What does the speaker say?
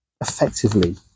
effectively